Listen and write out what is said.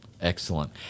Excellent